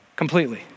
Completely